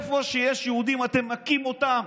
איפה שיש יהודים אתם מכים אותם,